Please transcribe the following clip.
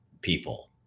people